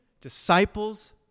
disciples